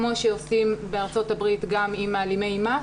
כמו שעושים בארצות הברית גם עם מעלימי מס,